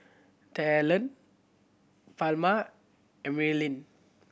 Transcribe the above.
Talan Palma Emeline